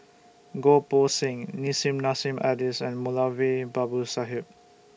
Goh Poh Seng Nissim Nassim Adis and Moulavi Babu Sahib